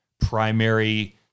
primary